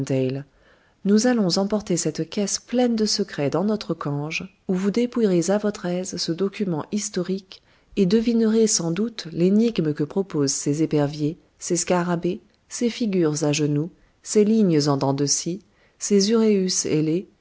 nous allons emporter cette caisse pleine de secrets dans notre cange où vous dépouillerez à votre aise ce document historique et devinerez sans doute l'énigme que proposent ces éperviers ces scarabées ces figures à genoux ces lignes en dents de scie ces uræus ailés